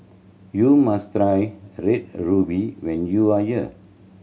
you must try Red Ruby when you are here